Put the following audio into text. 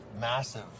massive